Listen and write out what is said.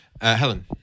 Helen